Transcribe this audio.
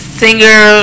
singer